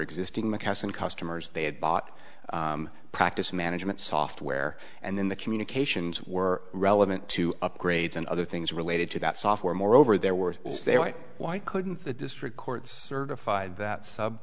existing mckesson customers they had bought a practice management software and then the communications were relevant to upgrades and other things related to that software moreover there were a way why couldn't the district court certify that sub